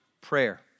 prayer